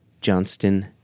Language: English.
Johnston